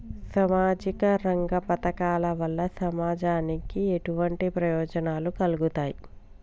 సామాజిక రంగ పథకాల వల్ల సమాజానికి ఎటువంటి ప్రయోజనాలు కలుగుతాయి?